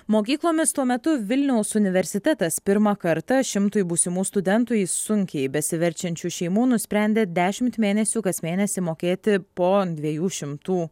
mokyklomis tuo metu vilniaus universitetas pirmą kartą šimtui būsimų studentų į sunkiai besiverčiančių šeimų nusprendė dešimt mėnesių kas mėnesį mokėti po dviejų šimtų